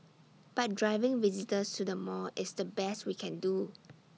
but driving visitors to the mall is the best we can do